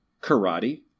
karate